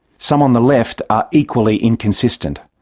some on the left are equally inconsistent.